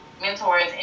mentors